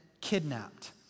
kidnapped